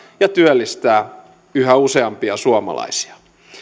ja työllistää yhä useampia suomalaisia